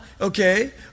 okay